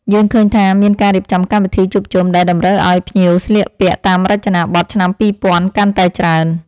យើងឃើញថា មានការរៀបចំកម្មវិធីជួបជុំដែលតម្រូវឱ្យភ្ញៀវស្លៀកពាក់តាមរចនាប័ទ្មឆ្នាំពីរពាន់កាន់តែច្រើន។